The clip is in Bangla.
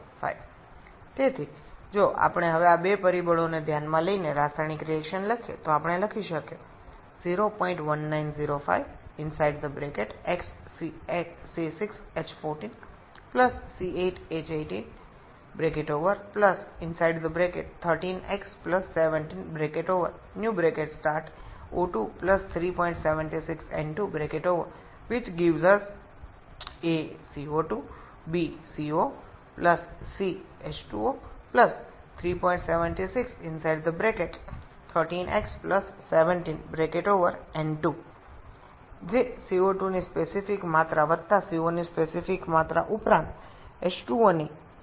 সুতরাং এই দুটি দিক বিবেচনা করে যদি রাসায়নিক বিক্রিয়া টি লিখি তাহলে আমরা লিখতে পারি 01905 x C6H14 C8H18 13x 17 O2 376 N2 → CO2 CO H2O 37613x 17 N2 এটা কিছু পরিমাণ CO2 এর সাথে কিছু পরিমাণ CO এবং কিছু পরিমাণ H2O গঠন করবে